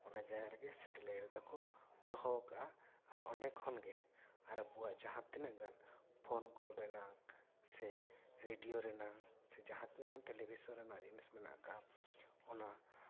ᱚᱱᱟ ᱡᱟᱭᱜᱟ ᱨᱮᱜᱮ ᱥᱮᱴᱮᱞᱟᱭᱤᱴ ᱫᱚᱠᱚ ᱫᱚᱦᱚ ᱟᱠᱟᱫᱟ ᱟᱨ ᱚᱸᱰᱮ ᱠᱷᱚᱱ ᱜᱮ ᱟᱨ ᱟᱵᱚᱣᱟᱜ ᱡᱟᱦᱟᱸ ᱛᱤᱱᱟᱹᱜ ᱜᱟᱱ ᱯᱷᱳᱱ ᱠᱚᱞ ᱨᱮᱱᱟᱝ ᱥᱮ ᱨᱮᱰᱤᱭᱳ ᱨᱮᱱᱟᱜ ᱥᱮ ᱡᱟᱦᱟᱸ ᱛᱤᱱᱟᱜ ᱜᱟᱱ ᱴᱮᱞᱤᱵᱷᱤᱥᱚᱱ ᱨᱮᱱᱟᱜ ᱡᱤᱱᱤᱥ ᱢᱮᱱᱟᱜ ᱟᱠᱟᱫᱟ ᱚᱱᱟ